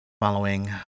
Following